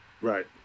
Right